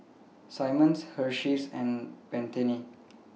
Simmons Hersheys and Pantene